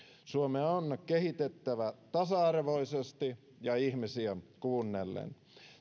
suomea on kehitettävä tasa arvoisesti ja ihmisiä kuunnellen